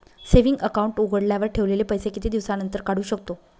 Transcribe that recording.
Saving account उघडल्यावर ठेवलेले पैसे किती दिवसानंतर काढू शकतो?